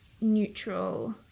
neutral